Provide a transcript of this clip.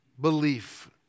belief